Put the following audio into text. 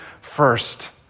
first